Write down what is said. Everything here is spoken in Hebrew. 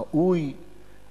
ראוי,